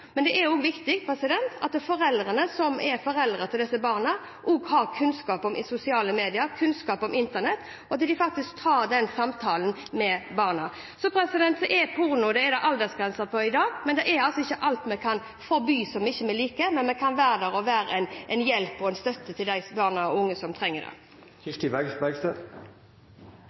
men det er også viktig at foreldrene til disse barna har kunnskap om sosiale medier, kunnskap om internett, og at de faktisk tar den samtalen med barna. Det er aldersgrense på porno i dag, og vi kan altså ikke forby alt som vi ikke liker, men vi kan være der og være en hjelp og støtte for de barna og de unge som trenger det. Kirsti Bergstø